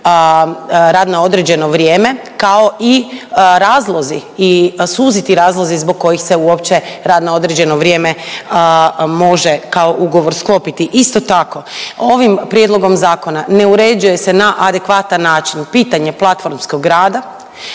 rad na određeno vrijeme kao i razlozi i suziti razlozi zbog kojih se uopće rad na određeno vrijeme može kao ugovor sklopiti. Isto tako, ovim prijedlogom zakona ne uređuje se na adekvatan način pitanje platformskog rada